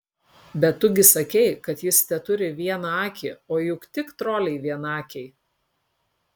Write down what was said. bet tu gi sakei kad jis teturi vieną akį o juk tik troliai vienakiai